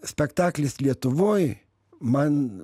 spektaklis lietuvoj man